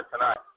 tonight